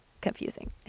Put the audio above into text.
confusing